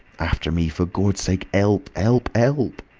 after me! for gawd's sake! elp! elp! elp!